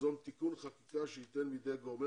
ניזום תיקון חקיקה שייתן בידי גורמי